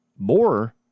more